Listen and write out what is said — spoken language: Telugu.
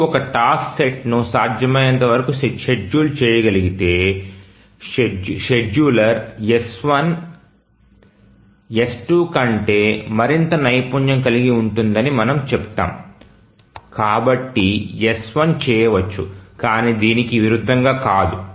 S2 ఒక టాస్క్ సెట్ను సాధ్యమైనంత వరకు షెడ్యూల్ చేయగలిగితే షెడ్యూలర్ S1 S2 కంటే మరింత నైపుణ్యం కలిగి ఉంటుందని మనము చెప్తాము కాబట్టి S1 చేయవచ్చు కానీ దీనికి విరుద్ధంగా కాదు